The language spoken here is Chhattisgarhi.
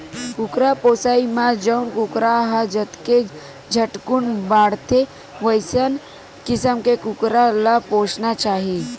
कुकरा पोसइ म जउन कुकरा ह जतके झटकुन बाड़थे वइसन किसम के कुकरा ल पोसना चाही